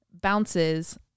bounces